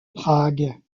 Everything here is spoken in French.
prague